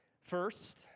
First